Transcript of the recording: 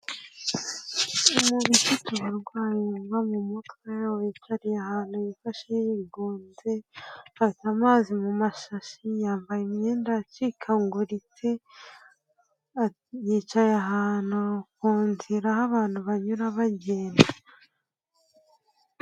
Umuntu ufite uburwayi bwo mu mutwe, wicaye ahantu yifashe yigunze, afite amazi mu mashashi, yambaye imyenda icikaguritse, yicaye ahantu ku nzira aho abantu banyura bagenda.